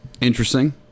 interesting